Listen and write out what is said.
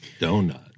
Donut